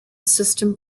system